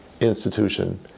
institution